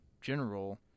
general